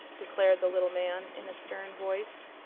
declared the little man, in a stern voice.